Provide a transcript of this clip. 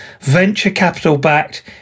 venture-capital-backed